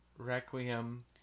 Requiem